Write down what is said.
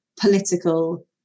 political